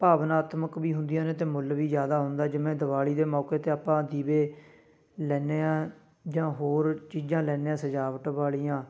ਭਾਵਨਾਤਮਕ ਵੀ ਹੁੰਦੀਆਂ ਨੇ ਅਤੇ ਮੁੱਲ ਵੀ ਜ਼ਿਆਦਾ ਹੁੰਦਾ ਜਿਵੇਂ ਦਿਵਾਲੀ ਦੇ ਮੌਕੇ 'ਤੇ ਆਪਾਂ ਦੀਵੇ ਲੈਂਦੇ ਹਾਂ ਜਾਂ ਹੋਰ ਚੀਜ਼ਾਂ ਲੈਂਦੇ ਹਾਂ ਸਜਾਵਟ ਵਾਲੀਆਂ